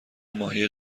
ماهی